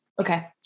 Okay